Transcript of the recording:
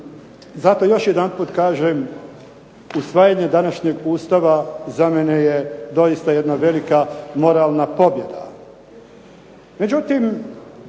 Zato još jedanput kažem usvajanje današnjeg Ustava za mene je doista jedna velika moralna pobjeda.